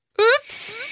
Oops